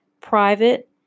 private